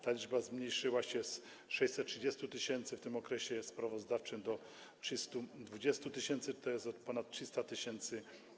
Ta liczba zmniejszyła z 630 tys. w okresie sprawozdawczym do 320 tys., tj. o ponad 300 tys.